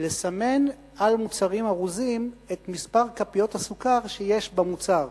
לסמן על מוצרים ארוזים את מספר כפיות הסוכר שיש במוצר,